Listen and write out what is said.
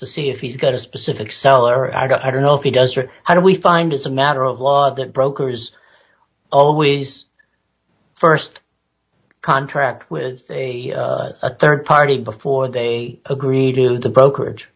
to see if he's got a specific seller i don't know if he does or how do we find it's a matter of law that brokers always first contract with a rd party before they agree to the brokerage